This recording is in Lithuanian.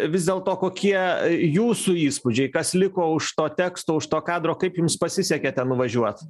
vis dėlto kokie jūsų įspūdžiai kas liko už to teksto už to kadro kaip jums pasisekė ten nuvažiuot